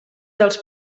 dels